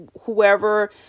whoever